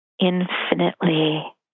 infinitely